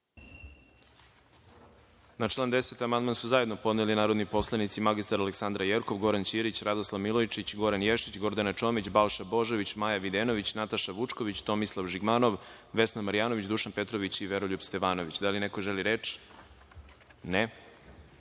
Na član 10. amandman su zajedno podneli narodni poslanici mr Aleksandra Jerkov, Goran Ćirić, Radoslav Milojičić, Goran Ješić, Gordana Čomić, Balša Božović, Maja Videnović, Nataša Vučković, Tomislav Žigmanov, Vesna Marjanović, Dušan Petrović i Veroljub Stevanović. Da li neko želi reč?